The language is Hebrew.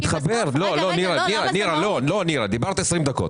לא, לא, נירה, דיברת עשרים דקות.